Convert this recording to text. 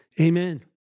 Amen